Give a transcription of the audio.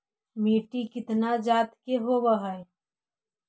मिट्टी कितना जात के होब हय?